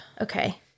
Okay